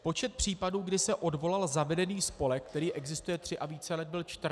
Počet případů, kdy se odvolal zavedený spolek, který existuje tři a více let, byl 14.